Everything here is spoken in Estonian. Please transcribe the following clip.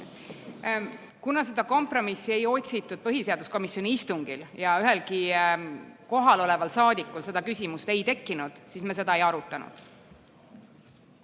Kuna kompromissi ei otsitud põhiseaduskomisjoni istungil ja ühelgi kohalolnud rahvasaadikul seda küsimust ei tekkinud, siis me seda ka ei arutanud.